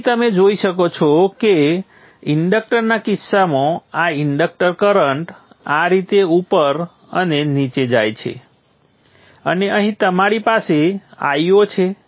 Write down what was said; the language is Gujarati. તેથી તમે જોઈ શકો છો કે ઇન્ડક્ટરના કિસ્સામાં આ ઇન્ડક્ટર કરંટ આ રીતે ઉપર અને નીચે જાય છે અને અહીં તમારી પાસે Io છે આ Io છે